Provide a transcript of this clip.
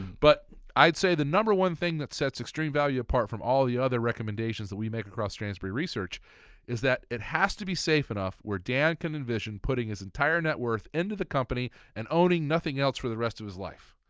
but i'd say the number one thing that sets extreme value apart from all the other recommendations that we make across stansberry research is that it has to be safe enough where dan can envision putting his entire net worth into the company and owning nothing else for the rest of his life.